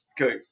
Okay